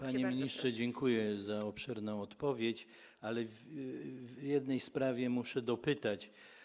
Panie ministrze, dziękuję za obszerną odpowiedź, ale w jednej sprawie muszę dopytać.